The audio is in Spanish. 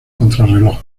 contrarreloj